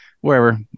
Wherever